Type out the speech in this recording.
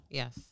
yes